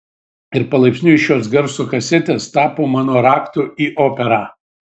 ir palaipsniui šios garso kasetės tapo mano raktu į operą